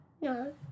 No